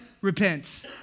repent